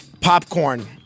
popcorn